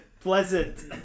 pleasant